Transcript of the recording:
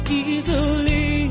easily